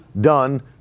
done